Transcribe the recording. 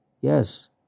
yes